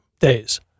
days